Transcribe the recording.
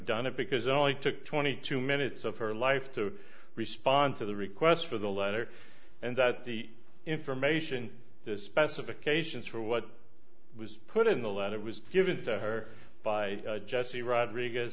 done it because it only took twenty two minutes of her life to respond to the requests for the letter and that the information the specifications for what it was put in the letter was given to her by jesse rodriguez